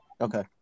Okay